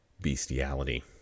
bestiality